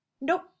Nope